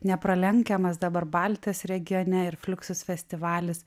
nepralenkiamas dabar baltijos regione ir fliuksus festivalis